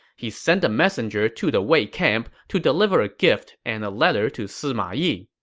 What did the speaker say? he sent a messenger to the wei camp to deliver a gift and a letter to sima yi.